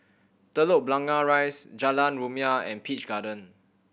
Telok Blangah Rise Jalan Rumia and Peach Garden